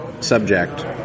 subject